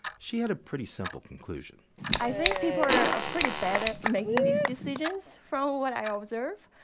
she had a pretty simple conclusion i think people are ah pretty bad at making these decisions, from what i observe.